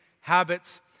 habits